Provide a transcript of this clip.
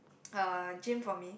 uh gym for me